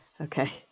Okay